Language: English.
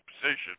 position